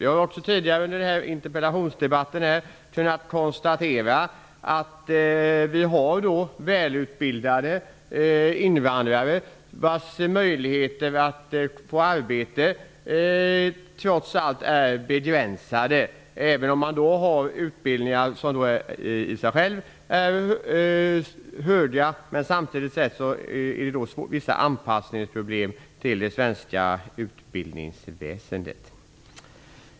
Vi har vid tidigare interpellationsdebatter kunnat konstatera att vi har välutbildade invandrare. Men deras möjligheter att få arbete är trots allt begränsade även om de har höga utbildningar, eftersom de har vissa problem med anpassningen till det svenska utbildningsväsendet.